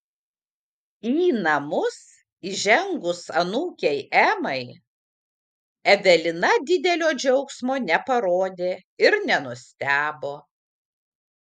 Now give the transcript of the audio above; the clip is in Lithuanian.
į namus įžengus anūkei emai evelina didelio džiaugsmo neparodė ir nenustebo